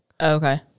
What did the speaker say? okay